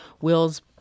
Will's